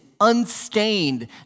unstained